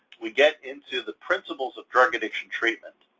we get into the principles of drug addiction treatment.